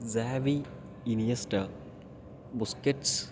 Xavi Iniesta Busquets